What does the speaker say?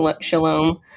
shalom